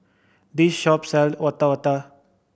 this shop sells Otak Otak